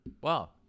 Wow